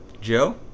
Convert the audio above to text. Joe